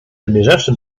dobieżawszy